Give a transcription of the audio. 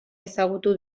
ezagutu